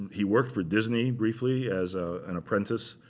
he worked for disney briefly as an apprentice,